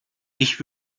ich